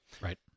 Right